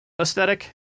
aesthetic